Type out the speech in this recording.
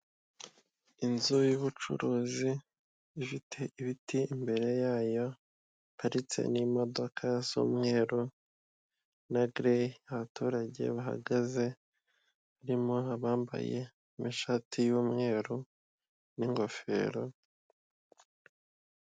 Inzu y'ubucuruzi ifite ibiti imbere yayo, haparitse n'imodoka z'umweru na gire, abaturage bahagaze, harimo abambaye amashati y'umweru n'ingofero.